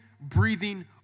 breathing